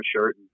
shirt